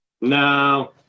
no